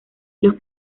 los